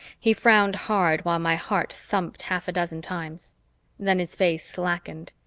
he frowned hard while my heart thumped half a dozen times then his face slackened,